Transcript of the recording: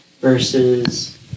versus